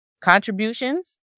contributions